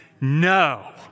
No